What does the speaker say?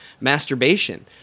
masturbation